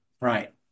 right